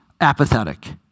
apathetic